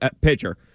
pitcher